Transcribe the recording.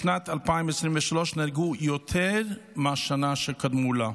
בשנת 2023 נהרגו יותר מהשנה שקדמה לה.